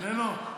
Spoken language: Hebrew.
מיכאל, חזק וברוך.